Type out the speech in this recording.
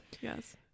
yes